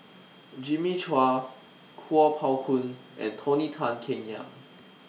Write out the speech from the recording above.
Jimmy Chua Kuo Pao Kun and Tony Tan Keng Yam